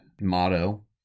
motto